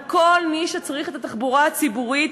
בכל מי שצריך את התחבורה הציבורית,